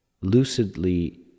lucidly